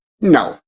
No